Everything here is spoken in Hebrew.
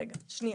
רגע, שניה.